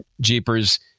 jeepers